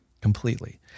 Completely